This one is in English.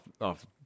off